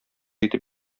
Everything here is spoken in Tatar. итеп